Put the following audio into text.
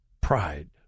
pride